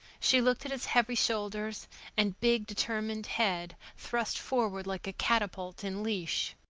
she looked at his heavy shoulders and big, determined head, thrust forward like a catapult in leash.